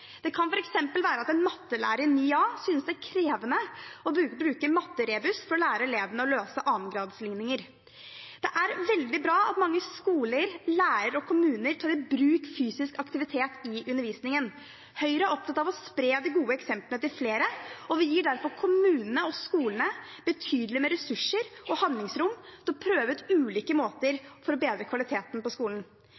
Det kan f.eks. være at en mattelærer i 9A synes det er krevende å bruke matterebus for å lære elevene å løse annengradsligninger. Det er veldig bra at mange skoler, lærere og kommuner tar i bruk fysisk aktivitet i undervisningen. Høyre er opptatt av å spre det gode eksemplet til flere, og vi gir derfor kommunene og skolene betydelig med ressurser og handlingsrom til å prøve ut ulike måter